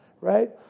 right